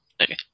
Okay